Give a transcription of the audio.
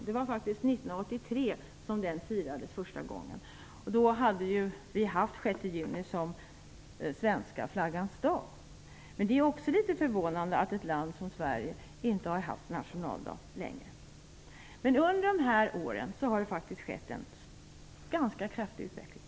Det var 1983 som den firades första gången. Då hade vi tidigare firat den 6 juni som svenska flaggans dag. Det är också litet förvånande att ett land som Sverige inte har haft nationaldag under en längre tid. Under de här åren har det skett en ganska kraftig utveckling.